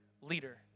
leader